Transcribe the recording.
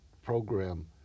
program